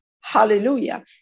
Hallelujah